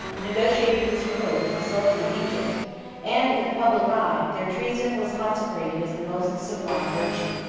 negotiated his ruin with the sultan of egypt and, in the public eye, their treason was consecrated as the most sublime virtue.